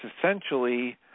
essentially